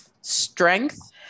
strength